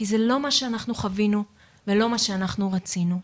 כי זה לא מה שאנחנו חווינו ולא מה שאנחנו רצינו.